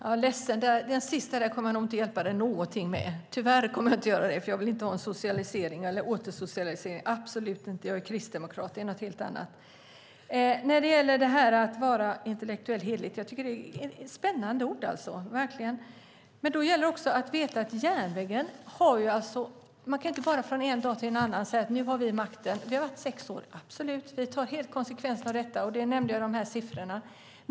Fru talman! Jag är ledsen. Det sista kommer jag nog inte att hjälpa dig något alls med. Tyvärr kommer jag inte att göra det, för jag vill inte ha en socialisering eller återsocialisering - absolut inte. Jag är kristdemokrat - det är något helt annat. Så till detta att vara intellektuellt hederlig. Det är ett spännande uttryck. Men man kan inte bara från en dag till en annan säga: Nu har vi makten. Det har vi haft i sex år - absolut. Vi tar konsekvenserna av detta. Jag nämnde siffror förut.